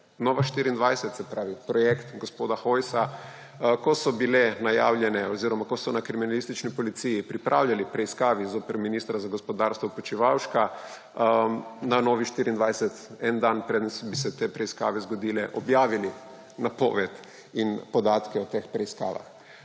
Nova24, se pravi projekt gospoda Hojsa, ko so na kriminalistični policiji pripravljali preiskavi zoper ministra za gospodarstvo Počivalška, so na Novi24 en dan, preden bi se te preiskave zgodile, objavili napoved in podatke o teh preiskavah.